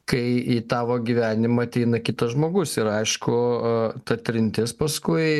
kai į tavo gyvenimą ateina kitas žmogus ir aišku ta trintis paskui